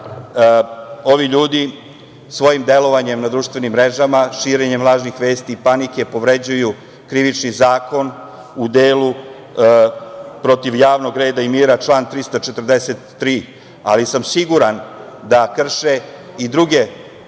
ovi ljudi svojim delovanjem na društvenim mrežama, širenjem lažnih vesti i panike, povređuju Krivični zakon u delu protiv javnog reda i mira, član 343, ali sam siguran da krše i druge